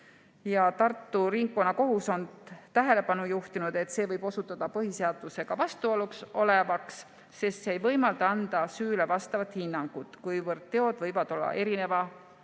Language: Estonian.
ja Tartu Ringkonnakohus on tähelepanu juhtinud, et see võib osutuda põhiseadusega vastuolus olevaks, sest see ei võimalda anda süüle vastavat hinnangut, kuivõrd teod võivad olla erineva